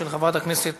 של חברת הכנסת